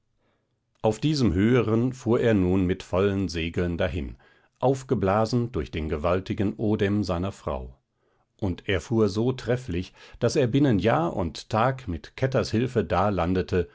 auf diesem höheren fuhr er nun mit vollen segeln dahin aufgeblasen durch den gewaltigen odem seiner frau und er fuhr so trefflich daß er binnen jahr und tag mit kätters hilfe da